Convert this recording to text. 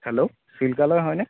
hello চিল্কালয় হয়নে